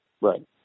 Right